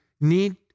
need